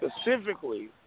specifically